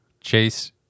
chase